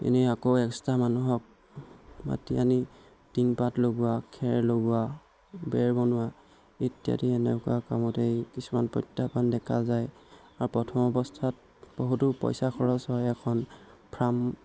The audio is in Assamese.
এনেই আকৌ এক্সট্ৰা মানুহক মাতি আনি টিংপাত লগোৱা খেৰ লগোৱা বেৰ বনোৱা ইত্যাদি এনেকুৱা কামতেই কিছুমান প্ৰত্যাহ্বান দেখা যায় আৰু প্ৰথম অৱস্থাত বহুতো পইচা খৰচ হয় এখন ফ্ৰাম